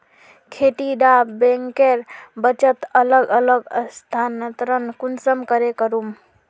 खेती डा बैंकेर बचत अलग अलग स्थानंतरण कुंसम करे करूम?